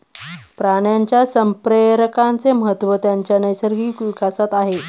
प्राण्यांच्या संप्रेरकांचे महत्त्व त्यांच्या नैसर्गिक विकासात आहे